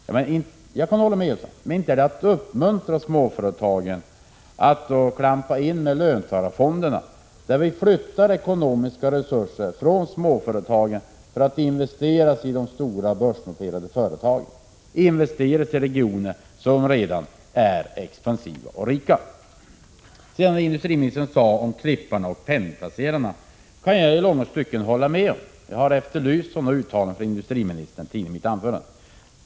Jag kan hålla med industriministern, men inte är det att uppmuntra småföretagen när man klampar in med löntagarfonderna och flyttar ekonomiska resurser från småföretagen för att investeras i de stora börsnoterade företagen och i regioner som redan är expansiva och rika. Industriministern talade sedan om klippen och penningplacerarna. Jag kan i långa stycken hålla med honom. Jag efterlyste i mitt tidigare anförande uttalanden om dessa från industriministern.